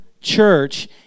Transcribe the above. church